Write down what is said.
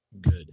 good